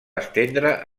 estendre